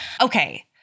Okay